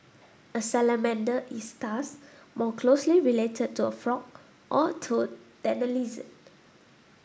a salamander is thus more closely related to a frog or a toad than a lizard